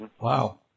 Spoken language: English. Wow